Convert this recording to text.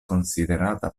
konsiderata